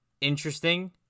interesting